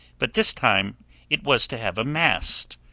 but this time it was to have a mast,